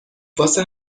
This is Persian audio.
واسه